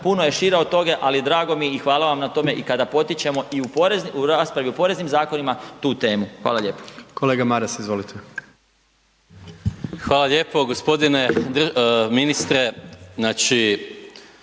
puno je šire od toga. Ali drago mi je i hvala vam na tome i kada potičemo i u raspravi o poreznim zakonima tu temu. Hvala lijepo. **Jandroković, Gordan (HDZ)**